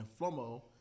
Flomo